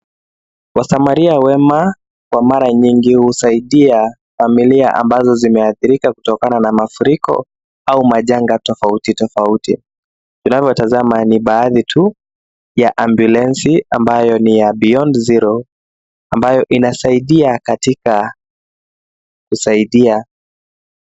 Wasamaria wema kwa mara nyingi husaidia familia ambazo zimeadhirika kutokana na mafuriko au majanga tofauti tofauti. Unavyotazama ni baadhi ya tu ya ambulensi ambayo ni ya Beyond Zero, ambayo inasaidia katika kusaidia.